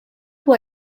può